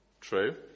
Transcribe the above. True